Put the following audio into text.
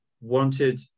wanted